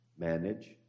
Manage